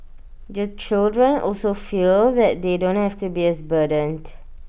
the children also feel that they don't have to be as burdened